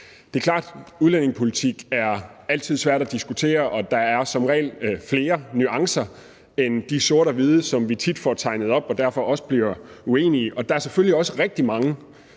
Det er klart, at udlændingepolitik altid er svært at diskutere, og der er som regel flere nuancer end det sort-hvide, som vi tit får tegnet op og derfor også bliver uenige om. Og der er selvfølgelig også rigtig mange